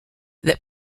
that